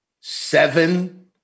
Seven